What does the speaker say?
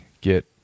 get